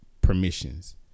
permissions